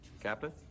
Captain